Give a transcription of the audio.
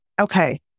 Okay